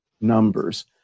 numbers